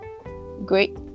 great